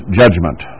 judgment